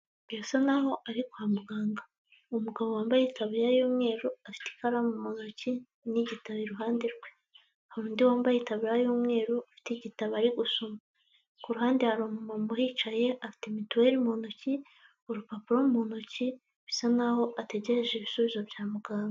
Birasa naho ari Kwa muganga umugabo wambaye itaburiya y'umweru afite ikaramu muntoki nigitabo iruhande rwe, harundi wambaye itaburiya y'umweru ufite igitabo Ari gusoma, kuruhande hari umu mama uhicaye afite mituweri muntoki urupapuro muntoki bisa nkaho ategereje igisubizo bya muganga.